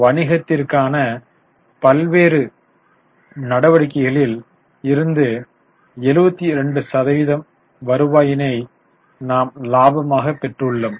வணிகத்திற்கான பல்வேறு நடவடிக்கைகளில் இருந்து 72 சதவீத வருவாயினை நாம் லாபமாக பெற்றுள்ளோம்